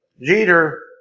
Jeter